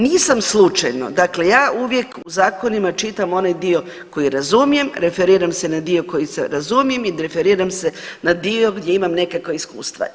Nisam slučajno, dakle ja uvijek u zakonima čitam onaj dio koji razumijem, referiram se na dio koji se razumijem i referiram se na dio gdje imam nekakva iskustva.